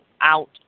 out